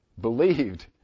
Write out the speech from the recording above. believed